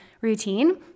routine